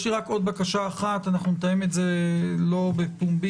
יש לי רק עוד בקשה אחת - אנחנו נתאם את זה לא בפומבי,